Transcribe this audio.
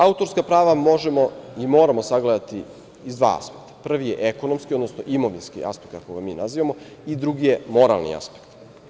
Autorska prava možemo i moramo sagledati iz dva aspekta, prvi je ekonomski, odnosno imovinski aspekt, kako ga mi nazivamo, a drugi je moralni aspekt.